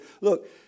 look